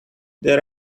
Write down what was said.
there